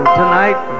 tonight